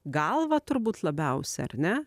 galva turbūt labiausia ar ne